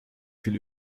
viel